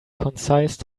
concise